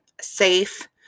safe